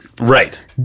Right